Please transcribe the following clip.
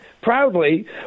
proudly